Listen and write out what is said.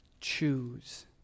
Choose